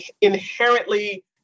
inherently